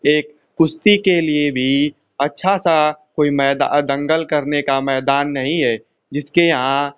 एक कुस्ती के लिए भी अच्छा सा कोई मैदा दंगल करने का मैदान नहीं है जिसके यहाँ